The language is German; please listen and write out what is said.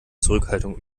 zurückhaltung